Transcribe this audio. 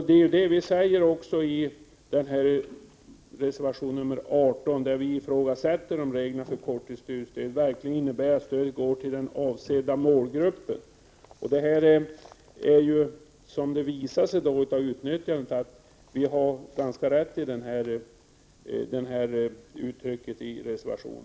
Det är det vi säger i vår reservation nr 18, där vi ifrågasätter om reglerna för korttidsstudiestöd verkligen innebär att stödet når den avsedda målgruppen. Utnyttjandegraden visar ju att vi moderater har ganska rätt i uttrycket i vår reservation.